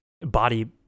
body